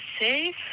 safe